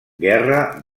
guerra